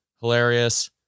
hilarious